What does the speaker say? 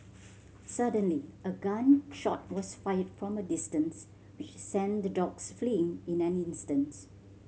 suddenly a gun shot was fired from a distance which sent the dogs fleeing in an instants